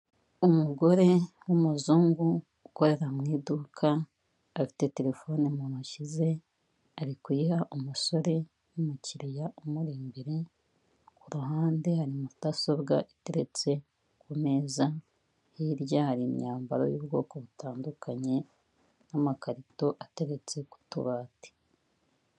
Umugore w'umuzungu ukorera mu iduka afite telefone mu ntoki ze ari kuyiha umusore w'umukiriya umuri imbere, ku ruhande hari mudasobwa iteretse ku meza hirya hari imyambaro y'ubwoko butandukanye n'amakarito ateretse ku tubati.